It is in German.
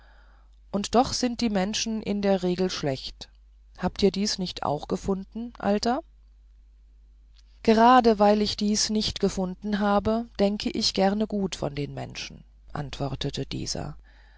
und doch sind die menschen in der regel schlecht habt ihr dies nicht auch gefunden alter gerade weil ich dies nicht gefunden habe denke ich gerne gut von den menschen antwortete dieser